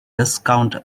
discount